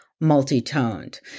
multi-toned